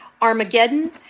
Armageddon